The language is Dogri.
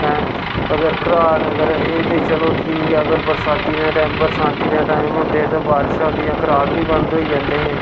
हैं अगर घराट अगर एह् ते चलो ठीक ऐ अगर बरसाती दे टाईम बरसांती दे टाईम होंदे ते बारिशां होंदियां घराट बी बंद होई जंदे हे